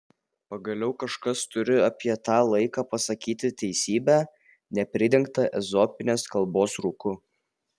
pagaliau kažkas turi apie tą laiką pasakyti teisybę nepridengtą ezopinės kalbos rūku